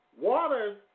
Waters